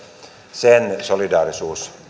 sen solidaarisuus